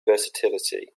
versatility